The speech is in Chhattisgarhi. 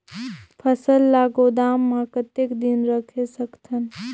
फसल ला गोदाम मां कतेक दिन रखे सकथन?